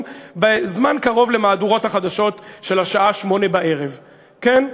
בזמן קרוב למהדורות החדשות של השעה 20:00. כן,